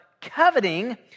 coveting